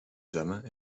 zwemmen